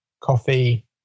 coffee